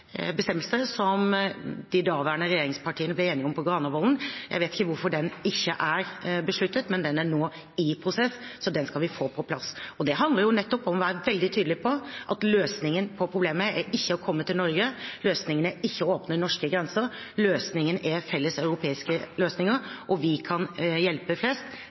bestemmelse som de daværende regjeringspartiene ble enige om på Granavolden – jeg vet ikke hvorfor den ikke er besluttet, men den er nå i prosess, så den skal vi få på plass. Det handler nettopp om å være veldig tydelig på at løsningen på problemet ikke er å komme til Norge, løsningen er ikke åpne norske grenser, løsningen er felles europeiske løsninger, og vi kan hjelpe flest